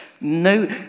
No